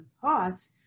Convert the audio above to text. thoughts